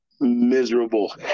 miserable